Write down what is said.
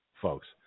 folks